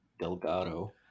delgado